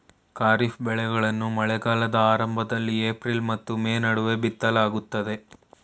ಖಾರಿಫ್ ಬೆಳೆಗಳನ್ನು ಮಳೆಗಾಲದ ಆರಂಭದಲ್ಲಿ ಏಪ್ರಿಲ್ ಮತ್ತು ಮೇ ನಡುವೆ ಬಿತ್ತಲಾಗುತ್ತದೆ